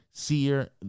Seer